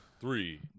Three